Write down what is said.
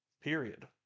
Period